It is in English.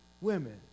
women